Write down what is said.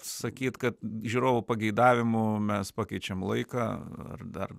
sakyt kad žiūrovų pageidavimu mes pakeičiam laiką ar dar